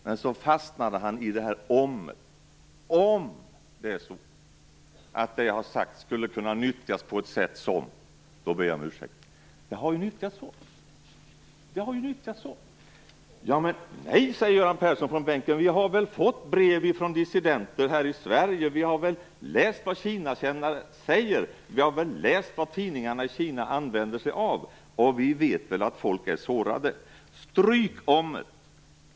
Men så fastnade han i detta "om". Om det är så att det han sade skulle kunna nyttjas på ett sätt som... Då ber han om ursäkt. Men det har ju nyttjats så! Nej, säger Göran Persson ifrån bänken. Men vi har fått brev ifrån dissidenter här i Sverige! Vi har läst vad Kinakännare säger och vad tidningarna i Kina använder sig av. Vi vet att folk är sårade. Stryk om:et!